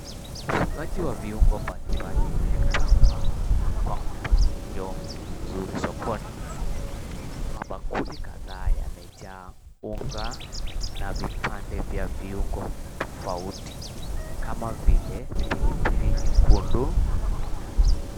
Ufungaji wa viungo mbalimbali kwa mpangilio mzuri sokoni. Mabakuli kadhaa yamejaa unga na vipande vya viungo tofauti kama vile pilipili nyekundu.